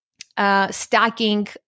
stacking